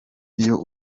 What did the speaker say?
iyo